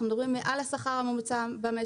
אנחנו מדברים על מעל השכר הממוצע במשק,